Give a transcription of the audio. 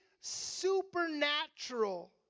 supernatural